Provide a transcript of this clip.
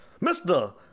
Mr